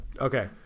Okay